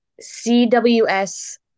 CWS